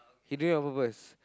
he do it on purpose